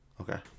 Okay